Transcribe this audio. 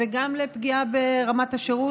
וגם לפגיעה ברמת השירות.